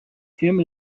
him